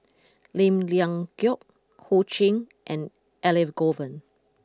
Lim Leong Geok Ho Ching and Elangovan